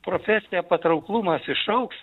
profesne patrauklumas išaugs